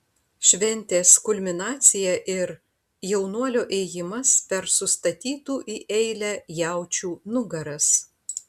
šventės kulminacija ir jaunuolio ėjimas per sustatytų į eilę jaučių nugaras